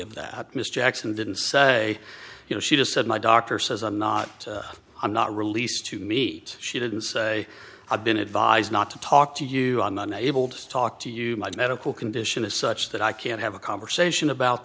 of that miss jackson didn't say you know she just said my doctor says i'm not i'm not released to meet she didn't say i've been advised not to talk to you on monday able to talk to you my medical condition is such that i can't have a conversation about